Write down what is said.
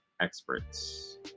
experts